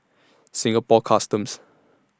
Singapore Customs